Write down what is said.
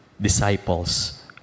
disciples